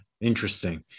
Interesting